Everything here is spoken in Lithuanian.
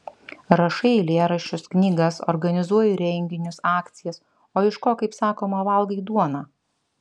rašai eilėraščius knygas organizuoji renginius akcijas o iš ko kaip sakoma valgai duoną